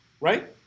right